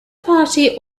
party